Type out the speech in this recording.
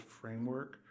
framework